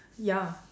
ya